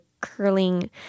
curling